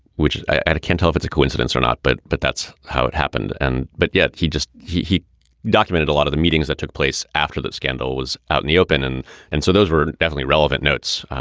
which can tell if it's a coincidence or not. but but that's how it happened. and but yet he just he he documented a lot of the meetings that took place after that scandal was out in the open. and and so those were definitely relevant notes.